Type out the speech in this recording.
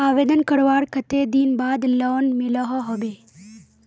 आवेदन करवार कते दिन बाद लोन मिलोहो होबे?